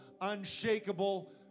unshakable